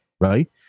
right